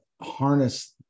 harness